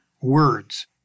words